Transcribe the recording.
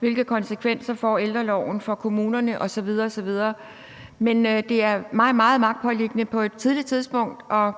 hvilke konsekvenser ældreloven får for kommunerne, osv. osv. Men det er mig meget magtpåliggende på et tidligt tidspunkt at